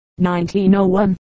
1901